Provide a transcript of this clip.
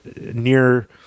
near-